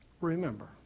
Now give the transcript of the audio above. Remember